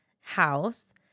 house